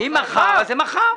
אם מחר אז מחר.